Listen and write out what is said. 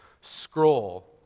scroll